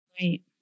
Right